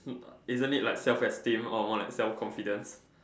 isn't it like self esteem or more like self confidence